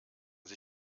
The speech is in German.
sie